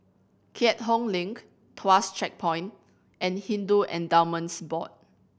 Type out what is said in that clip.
Keat Hong Link Tuas Checkpoint and Hindu Endowments Board